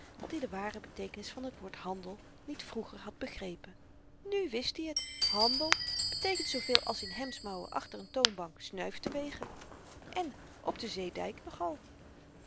dat-i de ware beteekenis van t woord handel niet vroeger had begrepen nu wist i t handel beteekent zooveel als in hemdsmouwen achter n toonbank snuif te wegen en op den zeedyk nogal